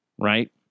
right